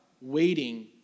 waiting